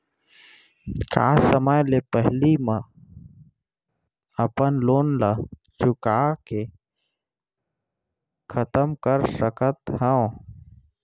का समय ले पहिली में अपन लोन ला चुका के खतम कर सकत हव?